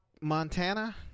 montana